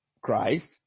Christ